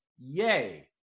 yay